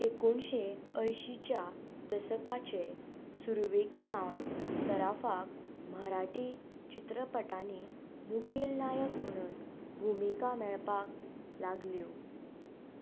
एकुणशें अयशींच्या दसकाचे सुरवेक सावन सराफाक मराठी चित्रपटांनी मुखेल नायक म्हुणून भुमिका मेळपाक लागल्यो